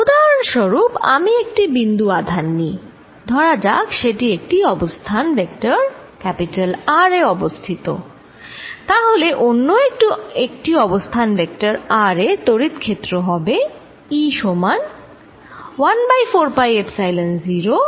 উদাহরণস্বরূপ যদি আমি একটা বিন্দু আধান নিই ধরা যাক সেটি একটি অবস্থান ভেক্টর R এ অবস্থিত তাহলে অন্য একটি অবস্থান ভেক্টর r এ তড়িৎ ক্ষেত্র হবে E সমান 1 বাই 4 পাই এপসাইলন 0